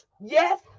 Yes